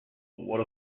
what